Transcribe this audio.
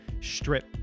strip